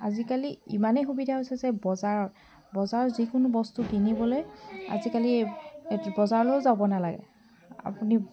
আজিকালি ইমানেই সুবিধা হৈছে যে বজাৰত বজাৰৰ যিকোনো বস্তু কিনিবলৈ আজিকালি বজাৰলৈও যাব নালাগে আপুনি